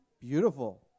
Beautiful